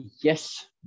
yes